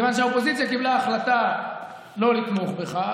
מכיוון שהאופוזיציה קיבלה החלטה לא לתמוך בך.